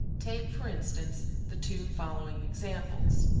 take, for instance, the two following examples.